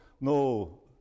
no